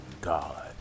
god